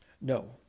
No